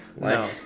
no